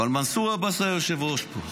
אבל מנסור עבאס היה יושב-ראש פה,